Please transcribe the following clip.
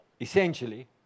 Essentially